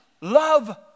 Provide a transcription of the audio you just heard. Love